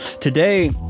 Today